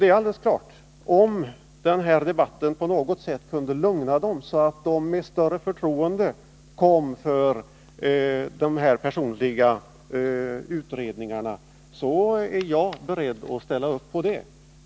Det är klart att om den här debatten på något sätt kunde lugna dessa människor, så att de med större förtroende kom för att lämna uppgifter i samband med dessa personliga utredningar, är jag beredd att ställa upp på det.